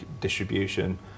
distribution